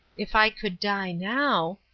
if i could die now.